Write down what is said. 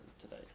today